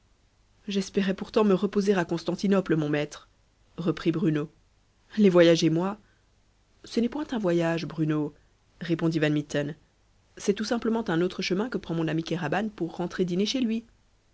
j'espérais pourtant me reposer à constantinople mon maître reprit bruno les voyages et moi ce n'est point un voyage bruno répondit van mitten c'est tout simplement un autre chemin que prend mon ami kéraban pour rentrer dîner chez lui